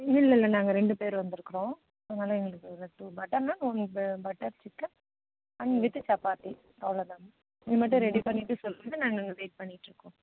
இல்லைல்ல நாங்கள் ரெண்டு பேர் வந்துருக்கிறோம் அதனால் எங்களுக்கு two butter naan one butter chicken and with chapati அவ்வளோ தான் இது மட்டும் ரெடி பண்ணிவிட்டு சொல்லுங்க நாங்கள் அங்கே வெயிட் பண்ணிகிட்டு இருக்கோம்